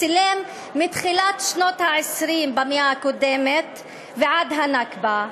צילם מתחילת שנות ה-20 במאה הקודמת ועד הנכבה.